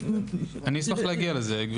אשמח להגיע לזה.